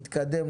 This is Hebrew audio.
יתקדם,